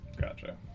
gotcha